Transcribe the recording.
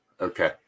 Okay